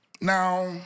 Now